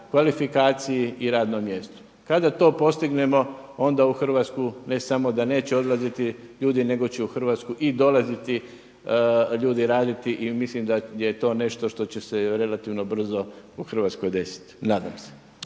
kvalifikaciji i radnom mjestu. Kada to postignemo, onda u Hrvatsku ne samo da neće odlaziti ljudi, nego će u Hrvatsku i dolaziti ljudi raditi i mislim da je to nešto što će se relativno brzo u Hrvatskoj desiti. Nadam se.